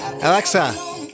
Alexa